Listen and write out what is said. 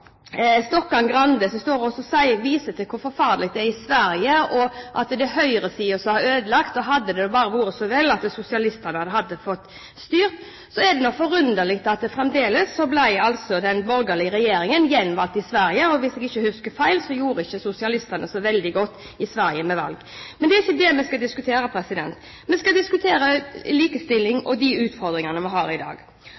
som viser til hvor forferdelig det er Sverige, at det er høyresiden som har ødelagt, og at hadde det bare vært så vel at sosialistene hadde fått styre, er det forunderlig at den borgerlige regjeringen ble gjenvalgt i Sverige. Og hvis jeg ikke husker feil, gjorde ikke sosialistene det så veldig godt ved valget i Sverige. Men det er ikke det vi skal diskutere, vi skal diskutere likestilling